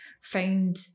found